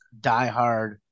diehard